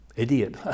idiot